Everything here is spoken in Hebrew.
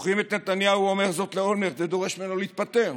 זוכרים את נתניהו אומר זאת לאולמרט ודורש ממנו להתפטר?